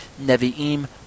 Nevi'im